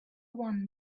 one